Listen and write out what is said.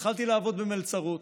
התחלתי לעבוד במלצרות,